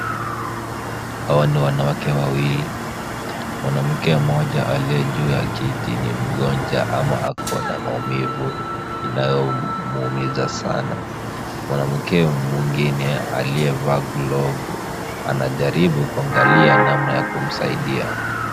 Hawa ni wanawake wawili. Mwanamke mmoja aliye juu ya kiti ni mgonjwa ama ako na maumivu inayomuumiza sana. Mwanamke mwingine aliyevaa glovu anajaribu kuangalia namna ya kumsaidia.